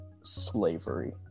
slavery